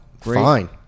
fine